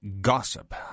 gossip